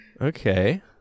Okay